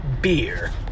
beer